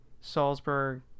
Salzburg